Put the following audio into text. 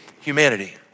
humanity